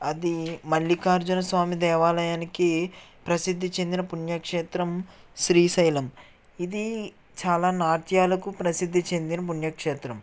అది మల్లికార్జున స్వామి దేవాలయానికి ప్రసిద్ధి చెందిన పుణ్యక్షేత్రం శ్రీశైలం ఇది చాలా నాట్యాలకు ప్రసిద్ధి చెందిన పుణ్యక్షేత్రం